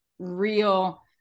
real